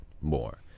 more